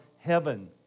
heaven